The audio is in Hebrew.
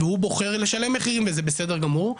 והוא בוחר לשלם מחירים וזה בסדר גמור,